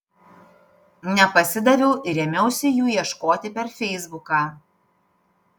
nepasidaviau ir ėmiausi jų ieškoti per feisbuką